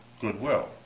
Goodwill